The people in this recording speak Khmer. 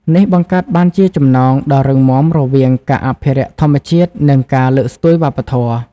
នេះបង្កើតបានជាចំណងដ៏រឹងមាំរវាងការអភិរក្សធម្មជាតិ និងការលើកស្ទួយវប្បធម៌។